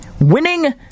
Winning